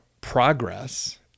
progress